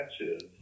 matches